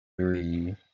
Three